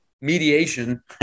mediation